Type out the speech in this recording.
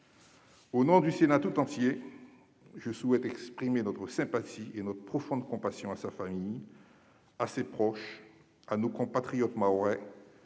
Au nom du Sénat tout entier, je souhaite exprimer notre sympathie et notre profonde compassion à la famille de Marcel Henry, à ses proches, à nos compatriotes mahorais,